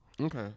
Okay